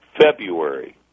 february